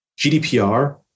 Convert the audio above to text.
GDPR